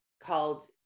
called